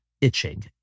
itching